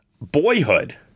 Boyhood